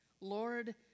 Lord